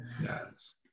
Yes